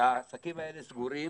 והעסקים האלה סגורים